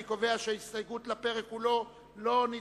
אני קובע שההסתייגות לסעיף 49 לא נתקבלה.